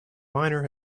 miner